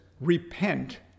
Repent